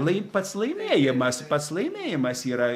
lai pats laimėjimas pats laimėjimas yra